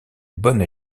bonne